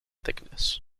thickness